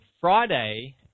Friday